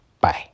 Bye